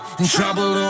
Trouble